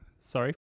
sorry